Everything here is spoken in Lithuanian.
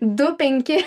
du penki